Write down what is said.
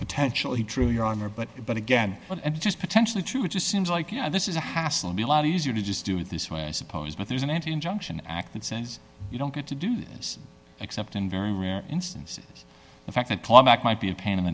potentially true your honor but but again and just potentially true it just seems like you know this is a hassle be a lot easier to just do it this way i suppose but there's an injunction act that says you don't get to do this except in very rare instances the fact that compact might be a pain in the